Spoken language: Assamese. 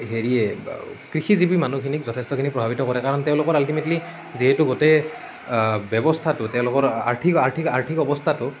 হেৰিয়ে কৃষিজীৱী মানুহখিনিক যথেষ্টখিনি প্ৰভাৱিত কৰে কাৰণ তেওঁলোকৰ আল্টিমেটলী যিহেতু গোটেই ব্যৱস্থাটো তেওঁলোকৰ আৰ্থিক আৰ্থিক আৰ্থিক অৱস্থাটো